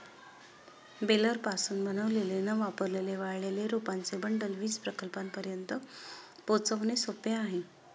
बेलरपासून बनवलेले न वापरलेले वाळलेले रोपांचे बंडल वीज प्रकल्पांपर्यंत पोहोचवणे सोपे आहे